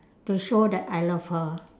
to show that I love her